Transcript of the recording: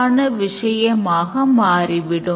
என வினவுகிறது